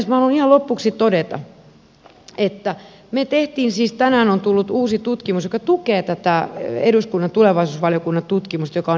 minä haluan ihan lopuksi todeta että tänään on tullut uusi tutkimus joka tukee tätä eduskunnan tulevaisuusvaliokunnan tutkimusta joka on erinomainen